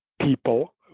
people